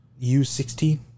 U16